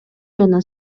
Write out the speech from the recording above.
жана